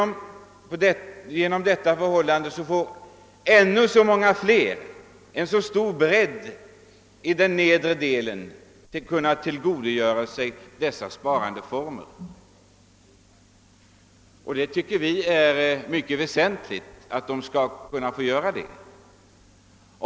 Men ännu många fler i de lägre inkomstklasserna kan tillgodogöra sig dessa sparandeformer, och det tycker vi är mycket väsentligt.